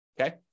okay